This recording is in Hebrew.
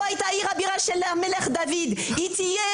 זו הייתה הבירה של המלך דוד והיא תהיה